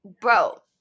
bro